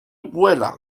vuela